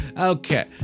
Okay